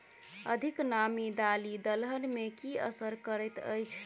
अधिक नामी दालि दलहन मे की असर करैत अछि?